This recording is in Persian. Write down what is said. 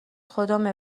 خدامه